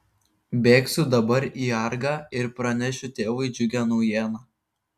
bėgsiu dabar į argą ir pranešiu tėvui džiugią naujieną